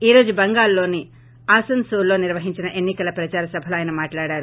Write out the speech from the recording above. ఈరోజు బంగాల్లోని ఆసన్నోల్లో నిర్వహించిన ఎన్ని కల ప్రదార సభలో ఆయన మాట్లాడారు